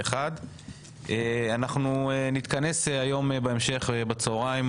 אנחנו נתכנס שוב בצוהריים,